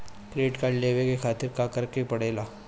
Credit card लेवे के खातिर का करेके पड़ेला?